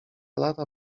lata